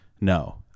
No